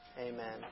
amen